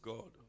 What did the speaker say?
God